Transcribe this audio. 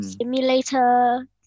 simulator